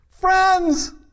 friends